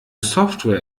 software